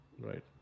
Right